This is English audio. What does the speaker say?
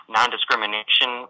non-discrimination